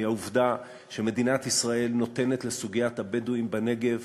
היא העובדה שמדינת ישראל נותנת לסוגיית הבדואים בנגב